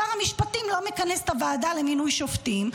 שר המשפטים לא מכנס את הוועדה למינוי שופטים,